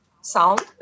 sound